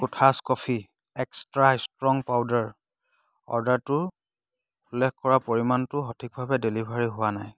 কোঠাছ coffee extra strong পাউদাৰৰ অৰ্ডাৰটো উল্লেখ কৰা পৰিমাণটো সঠিকভাৱে ডেলিভাৰী হোৱা নাই